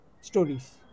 stories